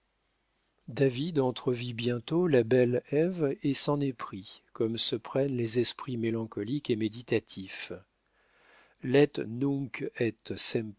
david entrevit bientôt la belle ève et s'en éprit comme se prennent les esprits mélancoliques et méditatifs